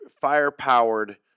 fire-powered